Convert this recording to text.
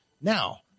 now